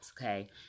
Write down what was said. okay